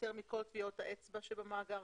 ולהיפטר מכל טביעות האצבע שבמאגר,